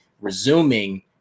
resuming